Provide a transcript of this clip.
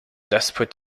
desperate